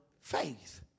faith